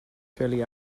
fairly